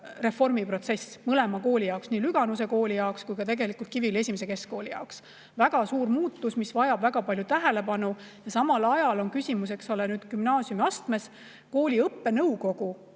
reformiprotsess mõlema kooli jaoks, nii Lüganuse Kooli jaoks kui ka Kiviõli I Keskkooli jaoks, väga suur muutus, mis vajab väga palju tähelepanu. Samal ajal on küsimus, eks ole, gümnaasiumiastmes. Kooli õppenõukogu